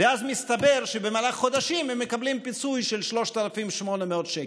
ואז מסתבר שבמהלך חודשים הם מקבלים פיצוי של 3,800 שקל.